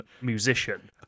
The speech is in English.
musician